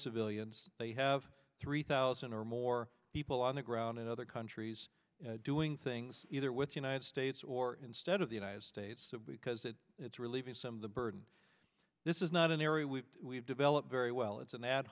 civilians they have three thousand or more people on the ground in other countries doing things either with united states or instead of the united states because it's relieving some of the burden this is not an area we have developed very well it's an ad